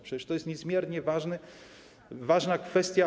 Przecież to jest niezmiernie ważna kwestia.